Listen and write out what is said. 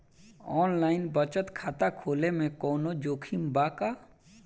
Online बचत खाता खोले में कवनो जोखिम बा का?